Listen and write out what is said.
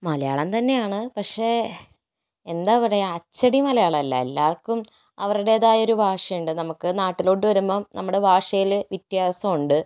മലയാളം തന്നെയാണ് പക്ഷെ എന്താ പറയുക അച്ചടി മലയാളം അല്ല എല്ലാവർക്കും അവരുടേതായൊരു ഭാഷയുണ്ട് നമുക്ക് നാട്ടിലോട്ട് വരുമ്പോൾ നമ്മുടെ ഭാഷയിൽ വ്യത്യാസം ഉണ്ട്